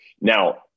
Now